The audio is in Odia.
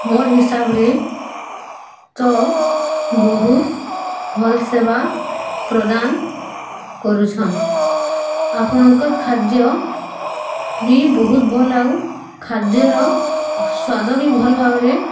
ମୋର୍ ହିସାବରେ ତ ବହୁତ ଭଲ ସେବା ପ୍ରଦାନ କରୁଛନ୍ ଆପଣଙ୍କ ଖାଦ୍ୟ ବି ବହୁତ ଭଲ୍ ଆଉ ଖାଦ୍ୟର ସ୍ୱାଦ ବି ଭଲ୍ ଭାବରେ